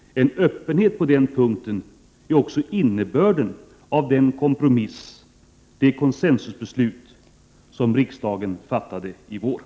En öppenhet på den punkten är också innebörden av den kompromiss, det consensusbeslut, som riksdagen fattade i våras.